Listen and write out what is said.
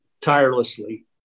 tirelessly